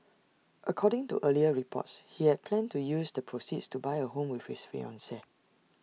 according to earlier reports he had planned to use the proceeds to buy A home with his fiancee